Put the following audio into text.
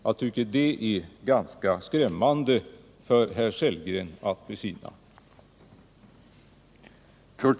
Det borde vara ganska skrämmande för herr Sellgren att besinna det.